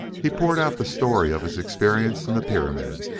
he poured out the story of his experience in the pyramid,